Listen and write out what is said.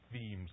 themes